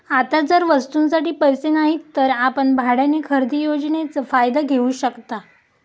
आता जर वस्तूंसाठी पैसे नाहीत तर आपण भाड्याने खरेदी योजनेचा फायदा घेऊ शकता